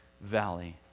valley